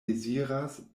deziras